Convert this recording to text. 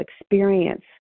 experience